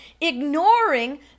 ignoring